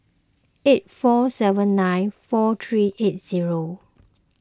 eight four seven nine four three eight zero